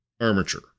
armature